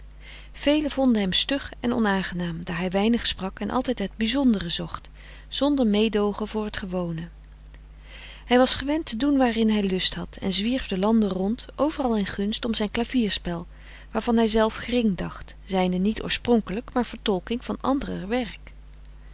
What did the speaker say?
velen vonden hem stug en onaangenaam daar hij weinig sprak en altijd het bizondere zocht zonder meedoogen voor het gewone hij was gewend te doen waarin hij lust had en zwierf de landen rond overal in gunst om zijn klavierspel waarvan hij zelf gering dacht zijnde niet oorspronkelijk frederik van eeden van de koele meren des doods maar vertolking van anderer werk